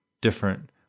different